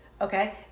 Okay